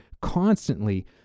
constantly